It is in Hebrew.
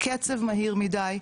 הקצב מהיר מדי,